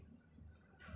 perfect